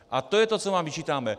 A to je to, co vám vyčítáme.